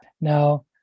Now